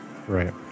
Right